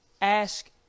ask